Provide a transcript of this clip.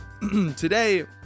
today